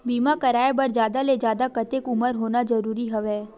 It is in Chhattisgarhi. बीमा कराय बर जादा ले जादा कतेक उमर होना जरूरी हवय?